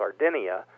Sardinia